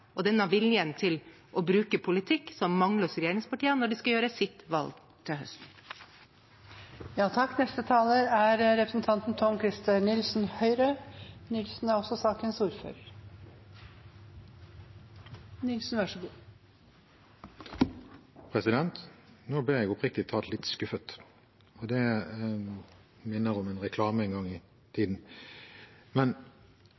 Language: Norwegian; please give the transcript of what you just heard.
og den manglende viljen hos regjeringspartiene til å bruke politikk når de skal gjøre sitt valg til høsten. Nå ble jeg oppriktig talt litt skuffet – det minner om en reklame en gang i tiden. Men altså: Vi har vedtatt denne loven i denne salen, og det